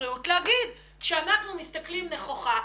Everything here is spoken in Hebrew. הבריאות לומר שכאשר אנחנו מסתכלים נכוחה,